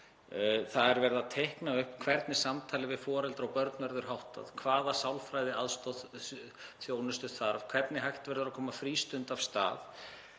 Það er verið að teikna upp hvernig samtali við foreldra og börn verður háttað, hvaða sálfræðiaðstoð og -þjónustu þarf, hvernig hægt verður að koma frístund af stað.